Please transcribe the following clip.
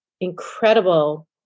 incredible